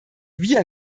wir